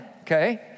okay